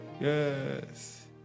Yes